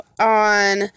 on